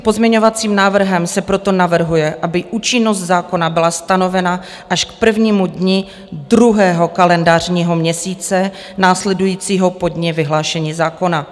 Pozměňovacím návrhem se proto navrhuje, aby účinnost zákona byla stanovena až k prvnímu dni druhého kalendářního měsíce následujícího po dni vyhlášení zákona.